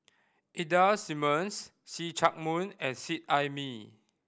Ida Simmons See Chak Mun and Seet Ai Mee